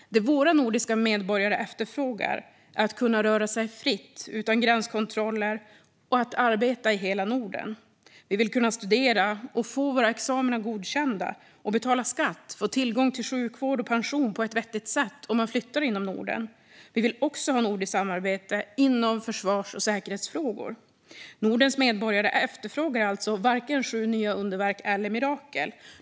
Det våra nordiska medborgare efterfrågar är att kunna röra sig fritt, utan gränskontroller, och arbeta i hela Norden. Vi vill kunna studera och få våra examina godkända och betala skatt och få tillgång till sjukvård och pension på ett vettigt sätt om vi flyttar inom Norden. Vi vill också ha nordiskt samarbete i försvars och säkerhetsfrågor. Nordens medborgare efterfrågar alltså varken sju nya underverk eller mirakel.